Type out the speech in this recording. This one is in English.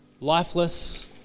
lifeless